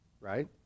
right